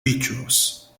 pictures